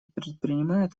предпринимает